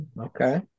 Okay